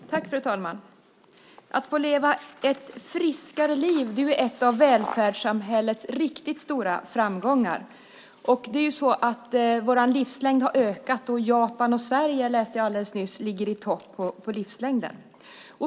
Fru talman! Att få leva ett friskare liv är en av välfärdssamhällets riktigt stora framgångar. Vår livslängd har ökat. Japan och Sverige ligger, läste jag alldeles nyss, i topp vad gäller livslängden.